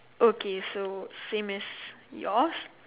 okay so same as yours